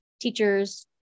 Teachers